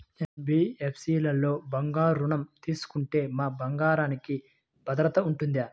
NBFC లలో బంగారు ఋణం తీసుకుంటే మా బంగారంకి భద్రత ఉంటుందా?